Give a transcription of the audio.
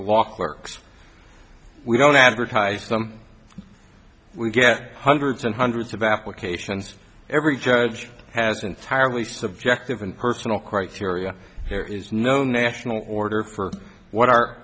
a walk works we don't advertise them we get hundreds and hundreds of applications every judge has and tiredly subjective and personal criteria there is no national order for what our